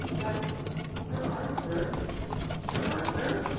but sir arthur sir arthur,